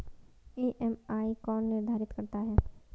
EMI कौन निर्धारित करता है?